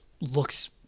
looks